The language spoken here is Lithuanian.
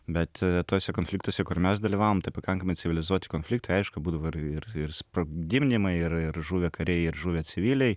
bet tuose konfliktuose kur mes dalyvavom tai pakankamai civilizuoti konfliktai aišku būdavo ir ir ir sprogdinimai ir ir žuvę kariai ir žuvę civiliai